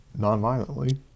nonviolently